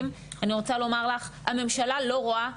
- אני רוצה לומר לך הממשלה לא רואה נשים.